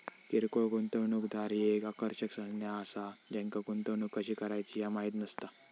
किरकोळ गुंतवणूकदार ही एक आकर्षक संज्ञा असा ज्यांका गुंतवणूक कशी करायची ह्या माहित नसता